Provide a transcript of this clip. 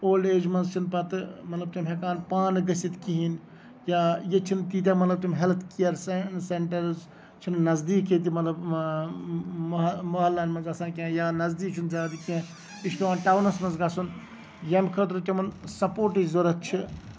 old age منٛز چھِ نہٕ پَتہٕ مطلب تِم ہٮ۪کان پانہٕ گٔژھِتھ کِہیٖنۍ یا ییٚتہِ چھِ نہٕ تیٖتیاہ مطلب تِم ہیلتھ کِیر سینٹرٕز چھِ نہٕ نَزدیٖک ییٚتہِ مطلب موحلن منٛز آسان کیٚنہہ یا نزدیٖک چھُنہٕ زیادٕ کیٚنہہ یہِ چھُ پیوان ٹاونَس منٛز گژھُن ییٚمہِ خٲطرٕ تِمن سَپوٹٕچ ضرورتھ چھِ